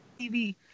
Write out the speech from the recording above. TV